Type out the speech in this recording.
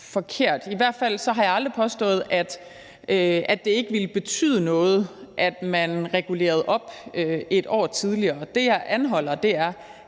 forkert. I hvert fald har jeg aldrig påstået, at det ikke ville betyde noget, at man regulerede op et år tidligere. Det, jeg anholder, er,